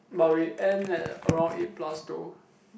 but we end at around eight plus though